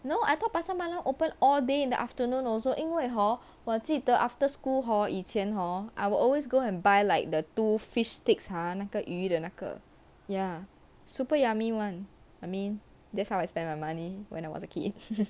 no I thought pasar malam open all day in the afternoon also 因为 hor 我记得 after school hor 以前 hor I will always go and buy like the two fish sticks ah 那个鱼的那个 ya super yummy [one] I mean that's how I spend my money when I was a kid